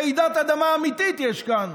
רעידת אדמה אמיתית יש כאן,